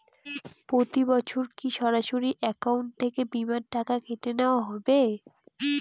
প্রতি বছর কি সরাসরি অ্যাকাউন্ট থেকে বীমার টাকা কেটে নেওয়া হবে?